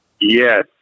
Yes